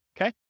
Okay